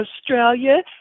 Australia